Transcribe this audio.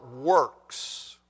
works